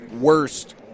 worst